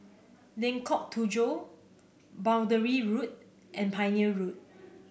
Lengkok Tujoh Boundary Road and Pioneer Road